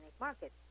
market